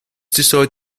decide